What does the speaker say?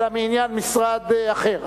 אלא מעניין משרד אחר.